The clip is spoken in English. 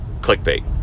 clickbait